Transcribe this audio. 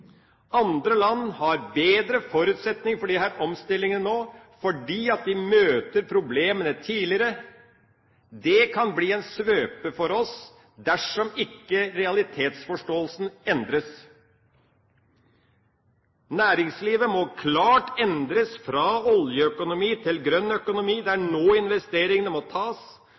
Andre land har bedre forutsetning for disse omstillingene nå, fordi de møter problemene tidligere. Det kan bli en svøpe for oss, dersom ikke realitetsforståelsen endres. Næringslivet må klart endres fra oljeøkonomi til grønn økonomi. Det er nå investeringene må tas